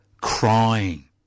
crying